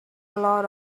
lot